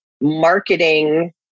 marketing